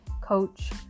coach